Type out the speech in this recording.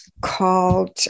called